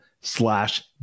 slash